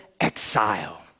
exile